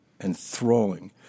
enthralling